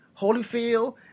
Holyfield